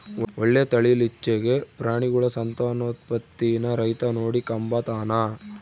ಒಳ್ಳೆ ತಳೀಲಿಚ್ಚೆಗೆ ಪ್ರಾಣಿಗುಳ ಸಂತಾನೋತ್ಪತ್ತೀನ ರೈತ ನೋಡಿಕಂಬತಾನ